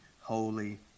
holy